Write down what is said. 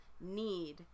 need